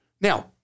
Now